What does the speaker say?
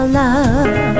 love